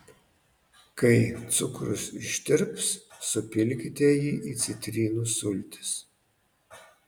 kai cukrus ištirps supilkite jį į citrinų sultis